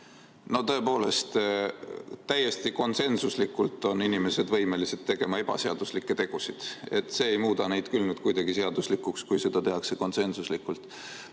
Tõepoolest, täiesti konsensuslikult on inimesed võimelised tegema ebaseaduslikke tegusid. Aga see ei muuda neid kuidagi seaduslikuks, kui seda tehakse konsensuslikult.